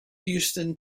houston